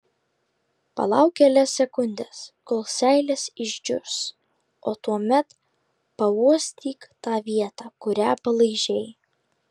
palauk kelias sekundes kol seilės išdžius o tuomet pauostyk tą vietą kurią palaižei